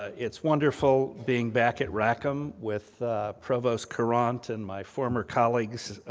it's wonderful being back at rackham with provost courant, and my former colleagues,